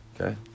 Okay